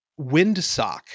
windsock